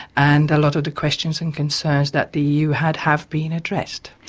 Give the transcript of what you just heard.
and a lot of the questions and concerns that the eu had have been addressed.